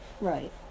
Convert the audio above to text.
Right